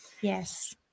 Yes